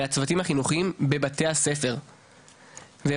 אל הצוותים החינוכיים בבתי הספר והבנו